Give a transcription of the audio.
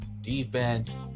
defense